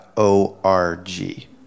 O-R-G